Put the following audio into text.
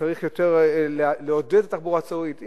צריך לעודד יותר את התחבורה הציבורית.